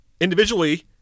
Individually